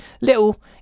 ...little